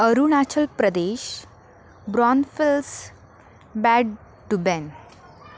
अरुणाचल प्रदेश ब्रॉनफिल्स बॅड डुबॅन